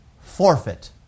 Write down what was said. forfeit